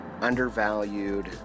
undervalued